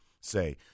say